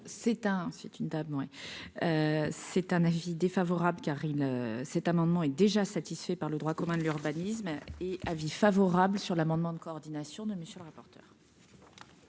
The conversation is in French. c'est un avis défavorable car cet amendement est déjà satisfait par le droit commun de l'urbanisme et avis favorable sur l'amendement de coordination de monsieur le rapporteur.